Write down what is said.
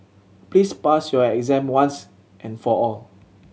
please pass your exam once and for all